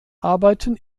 arbeiten